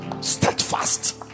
steadfast